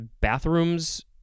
bathrooms